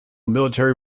military